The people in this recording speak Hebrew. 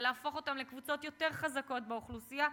ולהפוך אותם לקבוצות יותר חזקות באוכלוסייה,